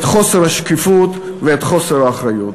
את חוסר השקיפות ואת חוסר האחריות.